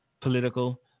political